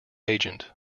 agent